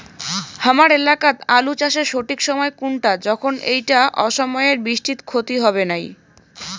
হামার এলাকাত আলু চাষের সঠিক সময় কুনটা যখন এইটা অসময়ের বৃষ্টিত ক্ষতি হবে নাই?